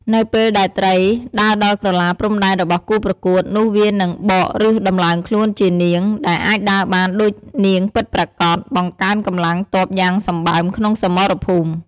នៅពេលដែល ត្រី ដើរដល់ក្រឡាព្រំដែនរបស់គូប្រកួត នោះវានឹង បកឬដំឡើងខ្លួនជា នាង ដែលអាចដើរបានដូចនាងពិតប្រាកដ បង្កើនកម្លាំងទ័ពយ៉ាងសម្បើមក្នុងសមរភូមិ។